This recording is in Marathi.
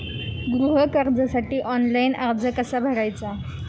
गृह कर्जासाठी ऑनलाइन अर्ज कसा भरायचा?